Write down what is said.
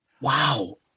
wow